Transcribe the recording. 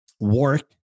work